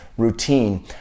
Routine